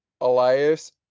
Elias